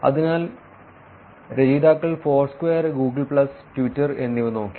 അതിനാൽ രചയിതാക്കൾ Foursquare Google plus Twitter എന്നിവ നോക്കി